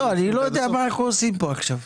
זהו, אני לא יודע מה אנחנו עושים פה עכשיו.